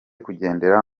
kugendera